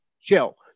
chill